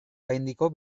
gaindiko